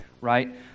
right